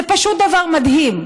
זה פשוט דבר מדהים.